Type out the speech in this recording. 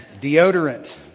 deodorant